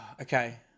Okay